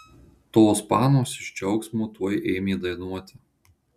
tos panos iš džiaugsmo tuoj ėmė dainuoti